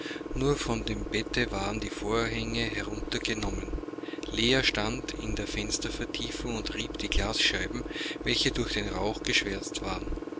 nur von dem bette waren die vorhänge heruntergenommen leah stand in der fenstervertiefung und rieb die glasscheiben welche durch den rauch geschwärzt waren